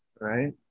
right